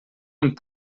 und